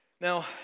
Now